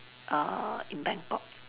err in Bangkok